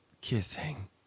kissing